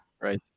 right